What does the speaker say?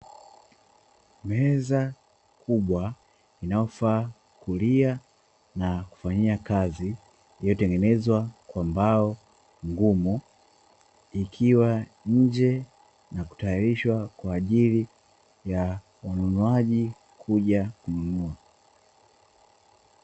Meza kubwa inayofaa kulia na kufanyia kazi, iliyotengenezwa kwa mbao ngumu. Ikiwa nje na kutayarishwa kwa ajili wanunuaji kuja kununua.